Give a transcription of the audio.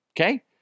Okay